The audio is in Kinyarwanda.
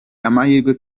amahirwe